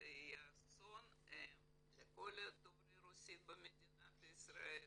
תהיה אסון לכל דוברי הרוסית במדינת ישראל,